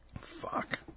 Fuck